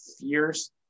fierce